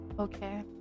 Okay